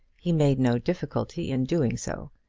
he made no difficulty in doing so.